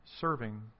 serving